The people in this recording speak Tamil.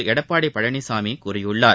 எடப்பாடி பழனிசாமி கூறியுள்ளார்